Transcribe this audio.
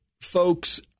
folks